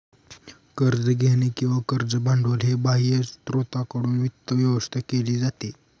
कर्ज घेणे किंवा कर्ज भांडवल हे बाह्य स्त्रोतांकडून वित्त व्यवस्था केली जाते